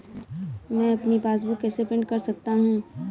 मैं अपनी पासबुक कैसे प्रिंट कर सकता हूँ?